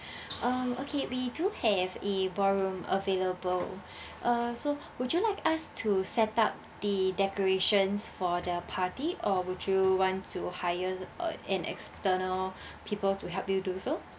um okay we do have a ballroom available uh so would you like us to set up the decorations for the party or would you want to hires uh an external people to help you do so